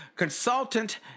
consultant